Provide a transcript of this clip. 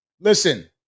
Listen